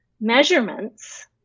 measurements